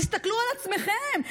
תסתכלו על עצמכם.